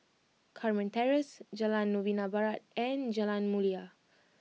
Carmen Terrace Jalan Novena Barat and Jalan Mulia